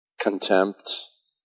contempt